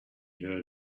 heard